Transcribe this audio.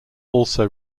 also